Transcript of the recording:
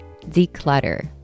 declutter